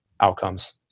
outcomes